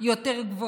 תודה רבה לך, אדוני